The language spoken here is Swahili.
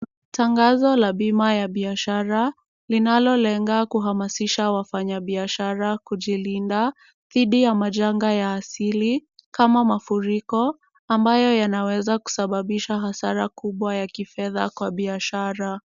Tangazo la bima ya biashara, linalolenga kuhamasisha wafanyabiashara kujilinda, dhidi ya majanga ya asili kama mafuriko, ambayo yanaweza kusababisha hasara kubwa ya kifedha kwa biashara.